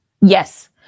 Yes